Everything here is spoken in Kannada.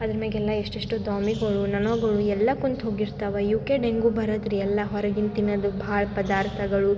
ಅದ್ರ ಮ್ಯಾಗೆಲ್ಲ ಎಷ್ಟೆಷ್ಟು ದ್ವಾಮಿಗಳು ನೊಣಗಳು ಎಲ್ಲ ಕುಂತು ಹೋಗಿರ್ತಾವೆ ಇವುಕ್ಕೆ ಡೆಂಗೂ ಬರೋದ್ ರೀ ಎಲ್ಲ ಹೊರಗಿಂದು ತಿನ್ನೊದು ಭಾಳ ಪದಾರ್ಥಗಳು